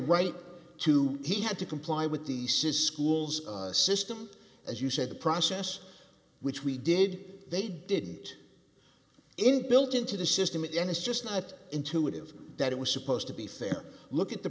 right to he had to comply with the says schools system as you said the process which we did they did in built into the system it and it's just not intuitive that it was supposed to be fair look at the